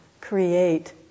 create